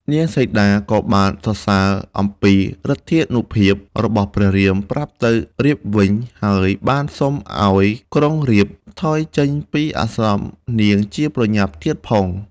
នាងសីតាក៏បានសរសើរអំពីឫទ្ធានុភាពរបស់ព្រះរាម ប្រាប់ទៅរាពណ៍វិញ ហើយបានសុំឱ្យ ក្រុងរាពណ៍ថយចេញពីអាស្រមនាងជាប្រញាប់ទៀតផង។